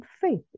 faith